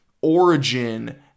origin